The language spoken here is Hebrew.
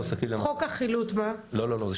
מה לגבי